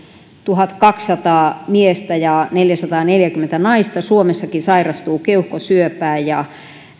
tuhatkaksisataa miestä ja neljäsataaneljäkymmentä naista suomessakin sairastuu keuhkosyöpään ja